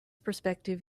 perspective